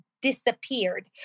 disappeared